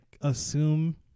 assume